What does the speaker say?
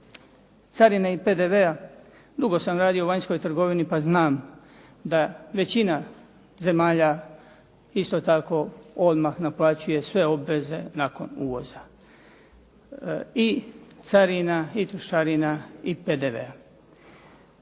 carine i PDV-a, dugo sam radio u vanjskoj trgovini pa znam da većina zemalja isto tako odmah naplaćuje sve obveze nakon uvoza. I carina i trošarina i PDV-a.